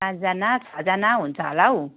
पाँचजना छजना हुन्छ होला हौ